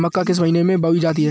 मक्का किस महीने में बोई जाती है?